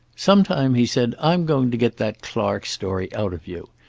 sometime, he said, i'm going to get that clark story out of you.